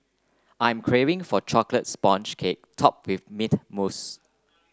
I am craving for a chocolate sponge cake top with mint mousse